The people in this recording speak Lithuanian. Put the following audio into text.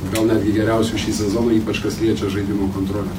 gal netgi geriausių šį sezoną ypač kas liečia žaidimo kontrolę